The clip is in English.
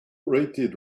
rated